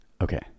Okay